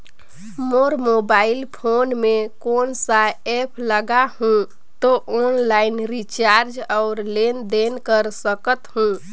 मोर mobile phone मे कोन सा एप्प लगा हूं तो ऑनलाइन रिचार्ज और लेन देन कर सकत हू?